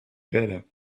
better